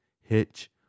Hitch